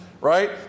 right